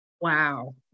Wow